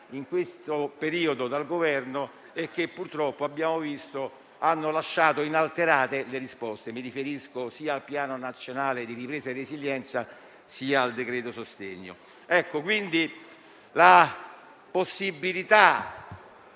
in questo periodo dal Governo, che purtroppo hanno lasciato inalterate le risposte: mi riferisco sia al Piano nazionale di ripresa e resilienza, sia al decreto sostegni.